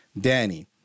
Danny